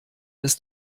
ist